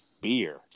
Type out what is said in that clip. beer